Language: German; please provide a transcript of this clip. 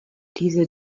diese